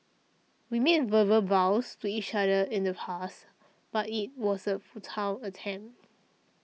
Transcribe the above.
we made verbal vows to each other in the past but it was a futile attempt